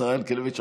השרה ינקלביץ',